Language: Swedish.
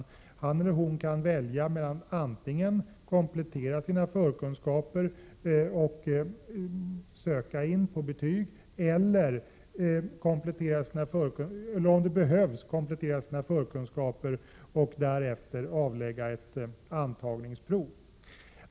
I stället kan han eller hon välja mellan att antingen komplettera sina förkunskaper och söka in på betyg eller komplettera sina förkunskaper, om detta behövs, och därefter avlägga ett antagningsprov.